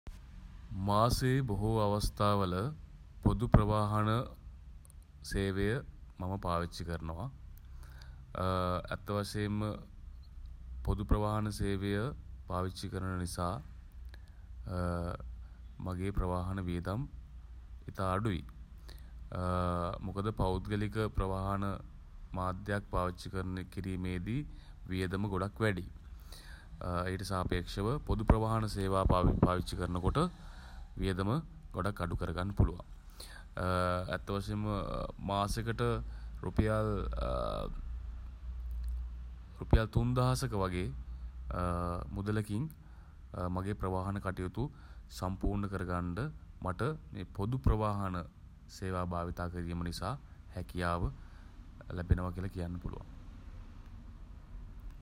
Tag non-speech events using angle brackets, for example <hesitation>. මාසයේ බොහෝ අවස්ථාවල <hesitation> පොදු ප්‍රවාහන <hesitation> සේවය මම පාවිච්චි කරනවා. <hesitation> ඇත්තවශයෙන්ම <hesitation> පොදු ප්‍රවාහන සේවය <hesitation> පාවිච්චි කරන නිසා <hesitation> මගී ප්‍රවාහන වියදම් <hesitation> ඉතා අඩුයි. <hesitation> මොකද පෞද්ගලික <hesitation> ප්‍රවාහන <hesitation> මාධ්‍යයක් පාවිච්චි කරන කිරීමේදී <hesitation> වියදම ගොඩක් වැඩියි. <hesitation> ඊට සාපේක්ෂව පොදු ප්‍රවාහන සේවා පාවිච්චි කරනකොට <hesitation> වියදම ගොඩක් අඩු කරගන්න පුලුවන්. <hesitation> ඇත්ත වශයෙන්ම මාසකට රුපියල් <hesitation> රුපියල් තුන්දහසක වගේ <hesitation> මුදලකින් <hesitation> මගේ ප්‍රවාහන කටයුතු <hesitation> සම්පූර්ණ කරගන්න <hesitation> මට <hesitation> මේ පොදු ප්‍රවාහන සේවා භාවිතා කිරීම නිසා හැකියාව ලැබෙනව කියල කියන්න පුළුවන්.